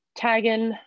tagging